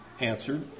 answered